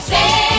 Say